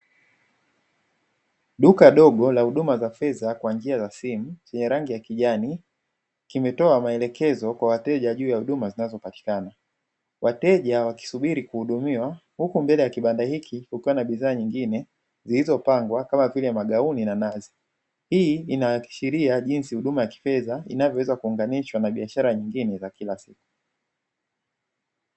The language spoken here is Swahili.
Duka dogo la huduma za fedha kwa njia ya simu, lenye rangi ya kijani, kimetoa maelekezo kwa wateja juu ya huduma zinazopatikana wateja wakisubiri kuhudumiwa. Huku mbele ya kibanda hiki kukiwa na bidhaa zingine zilizopangwa kama magauni na nazi, hii inashiria jinsi huduma ya kifedha inavyoweza kuunganishwa na biashara nyingine za kila siku.